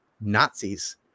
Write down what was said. Nazis